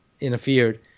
interfered